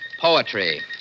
poetry